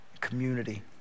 community